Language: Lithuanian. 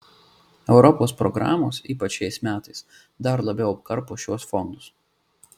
europos programos ypač šiais metais dar labiau apkarpo šiuos fondus